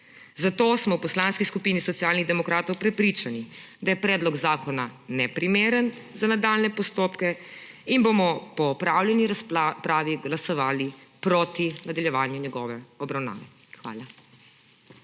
Zato smo v Poslanski skupini Socialnih demokratov prepričani, da je predlog zakona neprimeren za nadaljnje postopke in bomo po opravljeni razpravi glasovali proti nadaljevanju njegove obravnave. Hvala.